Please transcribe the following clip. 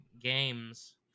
games